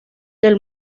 del